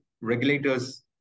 regulators